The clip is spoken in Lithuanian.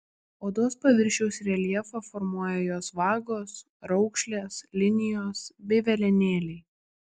odos paviršiaus reljefą formuoja jos vagos raukšlės linijos bei velenėliai